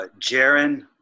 Jaron